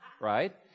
right